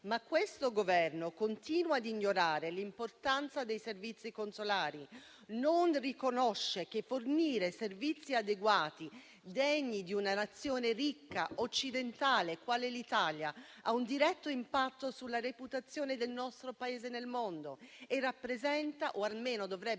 ma questo Governo continua ad ignorare l'importanza dei servizi consolari, non riconosce che fornire servizi adeguati degni di una Nazione occidentale e ricca, qual è l'Italia, ha un diretto impatto sulla reputazione del nostro Paese nel mondo e rappresenta, o almeno dovrebbe